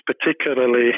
particularly